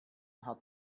hat